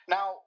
Now